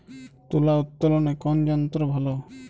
তুলা উত্তোলনে কোন যন্ত্র ভালো?